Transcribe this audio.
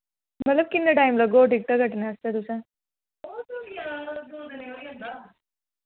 मतलब किन्ने टाइम लग्गो टिकट कट्टने आस्तै तुसैं